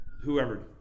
whoever